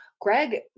Greg